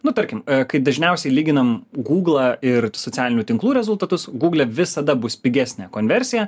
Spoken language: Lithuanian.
nu tarkim kaip dažniausiai lyginam gūglą ir socialinių tinklų rezultatus gūgle visada bus pigesnė konversija